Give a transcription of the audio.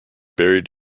buried